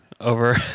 over